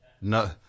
No